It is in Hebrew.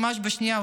ממש בשנייה,